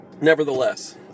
nevertheless